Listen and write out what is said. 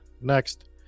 next